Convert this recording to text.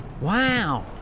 Wow